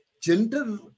gender